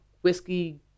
whiskey